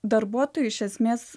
darbuotojui iš esmės